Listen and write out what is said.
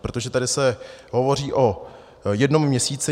Protože tady se hovoří o jednou měsíci.